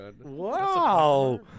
Wow